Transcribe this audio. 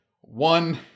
One